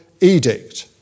edict